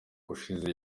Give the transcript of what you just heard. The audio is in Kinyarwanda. ushize